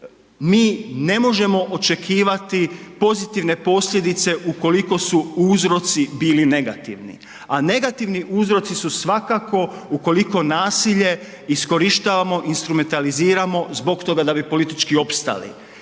Mi ne možemo očekivati pozitivne posljedice ukoliko su uzroci bili negativni, a negativni uzroci su svakako ukoliko nasilje iskorištavamo, instrumentaliziramo zbog toga da bi politički opstali.